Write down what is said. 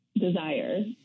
desire